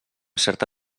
certa